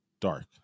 dark